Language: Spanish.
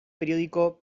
periódico